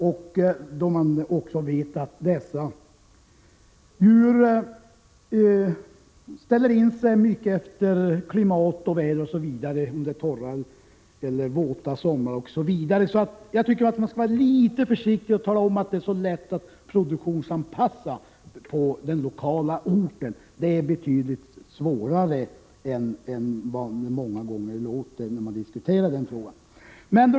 Dessutom vet vi att de här djuren uppför sig olika med tanke på klimatiska variationer, om det är torra eller våta somrar osv. Man bör därför vara litet försiktig med att tala om att det är så lätt att produktionsanpassa jakten på den lokala orten. Det är betydligt svårare än vad det många gånger låter i diskussionen om dessa frågor.